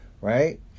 right